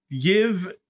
give